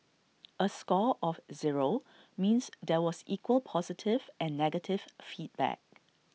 A score of zero means there was equal positive and negative feedback